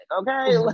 okay